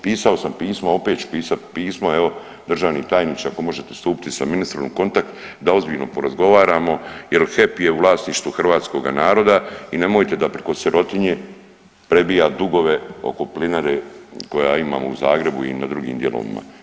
Pisao sam pismo, opet ću pisat pismo evo državni tajniče ako možete stupiti sa ministrom u kontakt da ozbiljno porazgovaramo jer HEP je u vlasništvu hrvatskoga naroda i nemojte da priko sirotinje prebija dugove oko plinare koja imamo u Zagrebu i na drugim dijelovima.